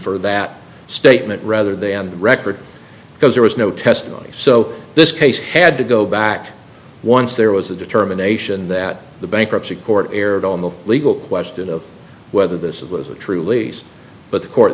for that statement rather than the record because there was no testimony so this case had to go back once there was a determination that the bankruptcy court erred on the legal question of whether this was a true lease but the court